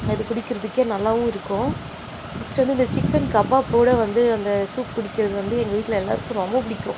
அது குடிக்கிறதுக்கே நல்லாவும் இருக்கும் நெக்ஸ்ட் வந்து இந்த சிக்கன் கபாப் கூட வந்து அந்த சூப் குடிக்கிறது வந்து எங்கள் வீட்டில் எல்லோருக்கும் ரொம்ப பிடிக்கும்